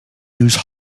use